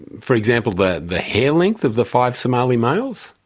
for example, the the hair length of the five somali males?